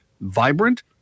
vibrant